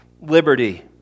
liberty